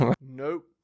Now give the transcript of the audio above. Nope